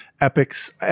epics